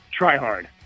tryhard